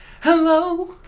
Hello